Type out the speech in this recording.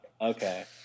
Okay